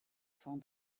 found